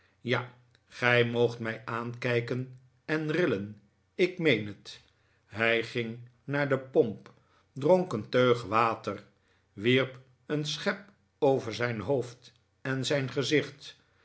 ja gij moogt mij aankijken en rillen ik meen net hij ging naar de pomp dronk een teug water wierp een schep over zijn hoofd en zijn gezicht